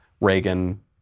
Reagan